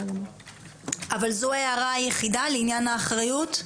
אבל זו ההערה היחידה, לעניין האחריות?